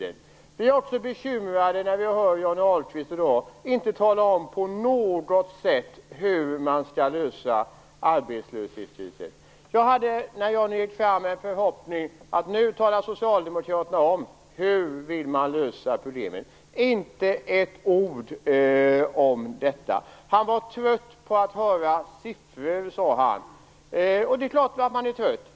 Vi blir också bekymrade när Johnny Ahlqvist i dag inte på något sätt talar om hur man skall lösa arbetslöshetskrisen. När Johnny Ahlqvist gick fram hade jag en förhoppning om att Socialdemokraterna nu skulle tala om hur man ville lösa problemet. Inte ett ord om detta. Han var trött på att höra siffror, sade han. Det är klart att han är trött.